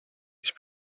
these